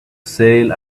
sail